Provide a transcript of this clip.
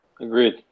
Agreed